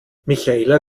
michaela